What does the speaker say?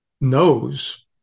knows